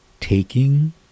taking